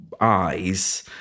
eyes